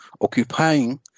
occupying